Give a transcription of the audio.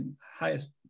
highest